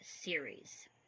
series